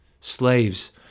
Slaves